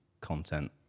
content